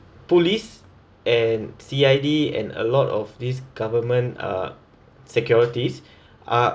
police and C_I_D and a lot of this government uh securities are